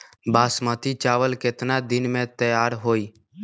बासमती चावल केतना दिन में तयार होई?